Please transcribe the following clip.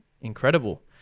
incredible